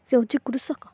ସେ ହେଉଛି କୃଷକ